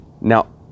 now